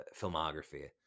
filmography